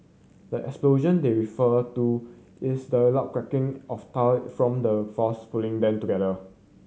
the explosion they're refer to is the loud cracking of tile from the force pulling them together